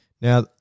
Now